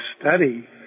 study